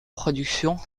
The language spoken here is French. production